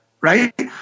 right